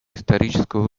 исторического